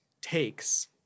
takes